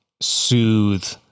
Soothe